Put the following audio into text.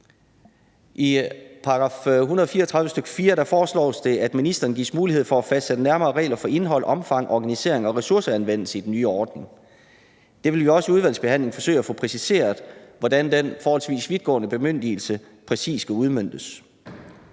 I § 134, stk. 4, foreslås det, at ministeren gives mulighed for at fastsætte nærmere regler for indhold, omfang, organisering og ressourceanvendelse i den nye ordning. Vi vil også i udvalgsbehandlingen forsøge at få præciseret, hvordan den forholdsvis vidtgående bemyndigelse præcis skal udmøntes.